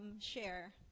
share